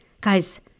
Guys